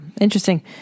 Interesting